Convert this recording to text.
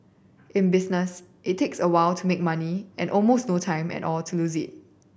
in business it takes a while to make money and almost no time at all to lose it